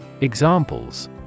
Examples